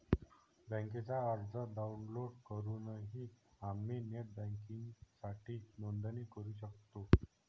बँकेचा अर्ज डाउनलोड करूनही आम्ही नेट बँकिंगसाठी नोंदणी करू शकतो